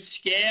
scale